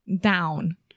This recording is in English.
Down